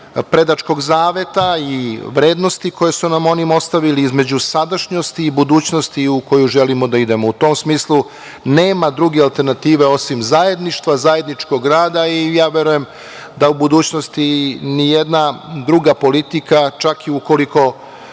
predačkog zaveta i vrednosti koje su nam oni ostavili, između sadašnjosti i budućnosti u koju želimo da idemo.U tom smislu nema druge alternative osim zajedništva, zajedničkog rada. Ja verujem da u budućnosti ni jedna druga politika, čak i ukoliko